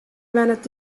wennet